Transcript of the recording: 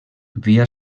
via